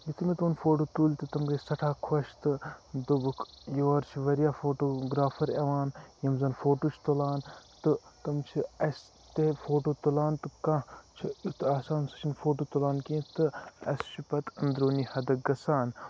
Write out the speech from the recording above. یُتھٕے مےٚ تِمَن فوٹو تُلۍ تہٕ تِم گٔے سیٚٹھاہ خۄش تہٕ دوٚپُکھ یور چھِ واریاہ فوٹوگرافر یِوان یِم زَن فوٹو چھِ تُلان تہٕ تِم چھِ اَسہ تہِ فوٹو تُلان تہٕ کانٛہہ چھُ یُتھ آسان سُہ چھُ نہٕ فوٹو تُلان کینٛہہ تہٕ اَسہِ چھُ پَتہٕ انٛدروٗنی حَتَکھ گَژھان